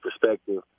perspective